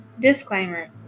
Disclaimer